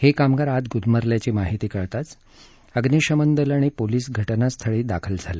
हे कामगार आत गुदमरल्याची माहिती कळताच अम्निशमन दल आणि पोलिस घटनास्थळी दाखल झाले